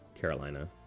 Carolina